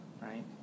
Right